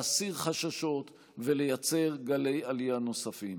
להסיר חששות ולייצר גלי עלייה נוספים.